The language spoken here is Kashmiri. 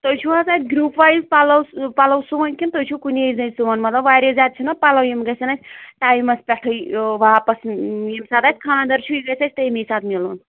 تُہۍ چھُو حظ اَتہِ گرٛوپ وایز پَلو سُون کِنہٕ تُہۍ چھِو کُنی زَن سُون مطلب وارِیاہ زیادٕ چھِ نا پَلو یِم گَژھن اَسہِ ٹایِمس پٮ۪ٹھٕے واپس ییٚمہِ ساتہٕ اَسہِ چھُ خانٛدر چھُ یہِ گَژھِ اَسہِ تَمی ساتہٕ میلُن